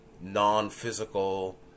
non-physical